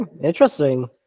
interesting